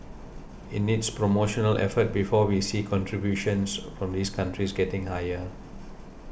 it needs promotional effort before we see contributions from these countries getting higher